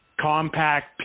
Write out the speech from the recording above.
compact